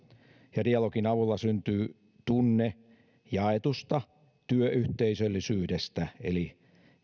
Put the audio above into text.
ja dialogin avulla syntyy tunne jaetusta työyhteisöllisyydestä eli